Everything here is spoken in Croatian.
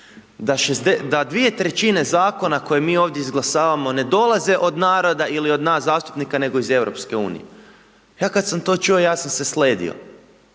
da 2/3 za koja koje mi ovdje izglasavamo ne dolaze iz naroda ili od nas zastupnika, nego iz EU. Ja kada sam to čuo, ja sam se sledio.